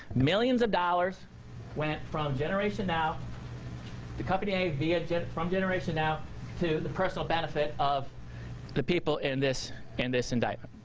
millions of dollars went from generation now to company a ah from generation now to the personal benefit of the people in this and this indictment.